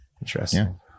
Interesting